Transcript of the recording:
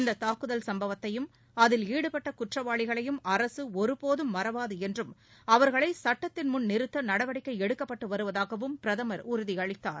இந்த தாக்குதல் சம்பவத்தையும் அதில் ஈடுபட்ட குற்றவாளிகளையும் அரசு ஒருபோதும் மறவாது என்றும் அவர்களை சட்டத்தின் முன் நிறுத்த நடவடிக்கை எடுக்கப்பட்டு வருவதாகவும் பிரதமா் உறுதியளித்தார்